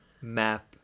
map